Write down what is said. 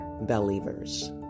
Believers